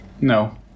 no